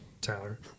Tyler